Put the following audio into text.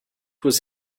was